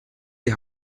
die